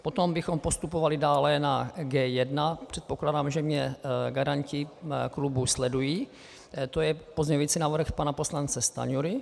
Potom bychom postupovali dále na G1, předpokládám, že mě garanti klubu sledují, to je pozměňující návrh pana poslance Stanjury.